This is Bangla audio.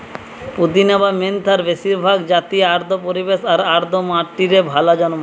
পুদিনা বা মেন্থার বেশিরভাগ জাতিই আর্দ্র পরিবেশ আর আর্দ্র মাটিরে ভালা জন্মায়